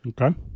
Okay